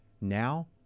Now